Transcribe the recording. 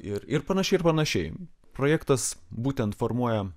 ir ir panašiai ir panašiai projektas būtent formuoja